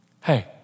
Hey